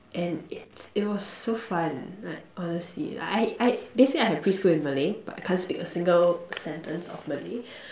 and it's it was so fun like honestly like I I basically I had preschool in Malay but I can't speak a single sentence of Malay